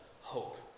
hope